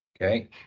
Okay